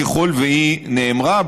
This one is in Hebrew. ככל שהיא נאמרה,